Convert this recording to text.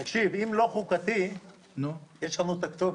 אם זה לא חוקתי, יש לנו כתובת.